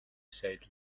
said